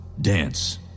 dance